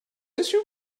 issue